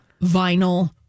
vinyl